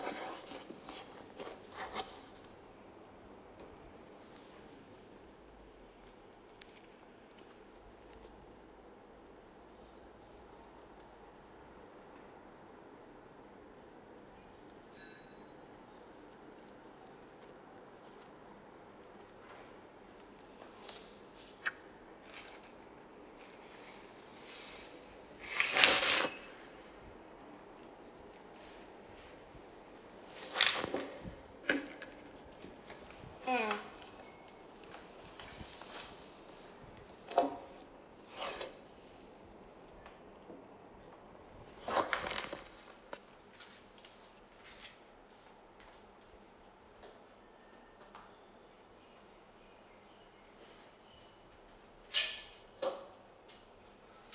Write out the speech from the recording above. mm